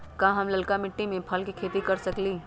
का हम लालका मिट्टी में फल के खेती कर सकेली?